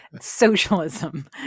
socialism